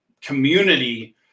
community